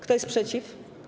Kto jest przeciw?